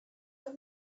woot